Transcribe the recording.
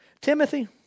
Timothy